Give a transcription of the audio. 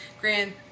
grand